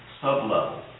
sublevel